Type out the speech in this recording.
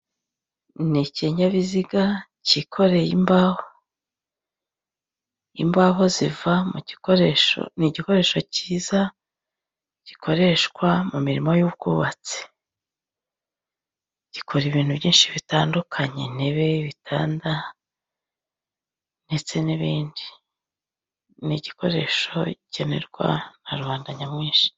Ni ikinyabiziga cyikoreye imbaho, imbaho ziva mu gikoresho, ni igikoresho cyiza gikoreshwa mu mirimo y'ubwubatsi, gikora ibintu byinshi bitandukanye, intebe ,ibitanda, ndetse n'ibindi. Ni igikoresho gikenerwa na rubanda nyamwinshi.